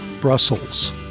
Brussels